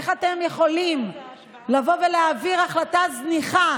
איך אתם יכולים לבוא ולהעביר החלטה זניחה,